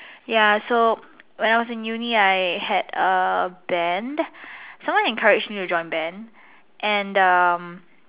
ya so when I was in uni I had a band someone encourage me to join band and um